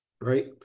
right